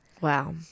wow